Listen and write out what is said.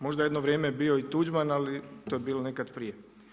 Možda je jedno vrijeme bio i Tuđman ali to je bilo nekad prije.